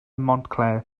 montclair